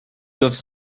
doivent